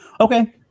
okay